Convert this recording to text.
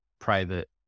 private